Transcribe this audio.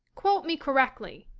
quote me correctly.